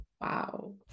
Wow